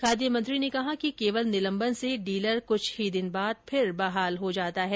खाद्य मंत्री ने कहा कि केवल निलंबन से डीलर कृष्ठ ही दिन बाद फिर बहाल हो जाता है